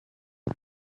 you